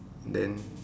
then